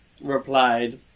replied